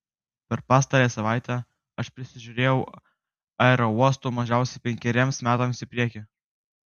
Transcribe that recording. per pastarąją savaitę aš prisižiūrėjau aerouostų mažiausiai penkeriems metams į priekį